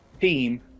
team